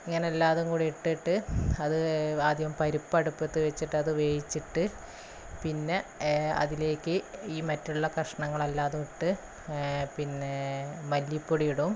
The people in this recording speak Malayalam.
ഇങ്ങനെല്ലാതുങ്കൂടി ഇട്ടിട്ട് അത് ആദ്യം പരിപ്പടുപ്പത്ത് വെച്ചിട്ടത് വേവിച്ചിട്ട് പിന്നെ അതിലേക്ക് ഈ മറ്റുള്ള കഷ്ണങ്ങളെല്ലാതുവിട്ട് പിന്നേ മല്ലിപ്പൊടിയിടും